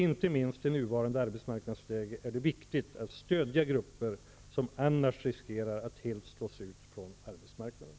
Inte minst i nuvarande arbetsmarknadsläge är det viktigt att stödja grupper som annars riskerar att helt slås ut från arbetsmarknaden.